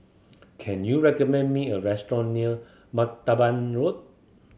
can you recommend me a restaurant near Martaban Road